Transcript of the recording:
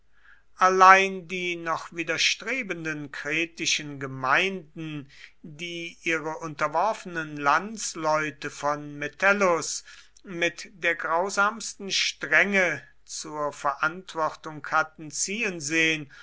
allein die noch widerstrebenden kretischen gemeinden die ihre unterworfenen landsleute von metellus mit der grausamsten strenge zur verantwortung hatten ziehen sehen